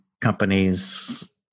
companies